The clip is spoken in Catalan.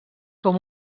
com